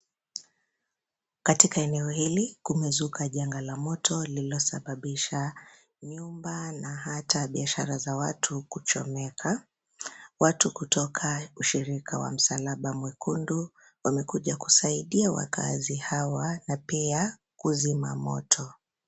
Katika eneo hili, kumezuka janga la moto, lilosababisha nyumba na hata biashara za watu kuchomeka. Watu kutoka ushirika wa msalaba mwekundu, wamekuja kusaidia wakaazi hawa, na pia, kuzima moto.